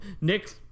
Nick